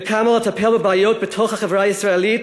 וקמה לטפל בבעיות בתוך החברה הישראלית,